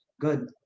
good